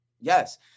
yes